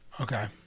Okay